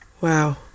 Wow